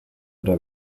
oder